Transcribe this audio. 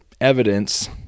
evidence